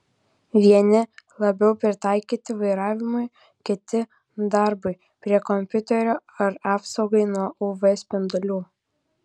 vieni labiau pritaikyti vairavimui kiti darbui prie kompiuterio ar apsaugai nuo uv spindulių